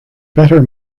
better